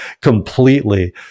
completely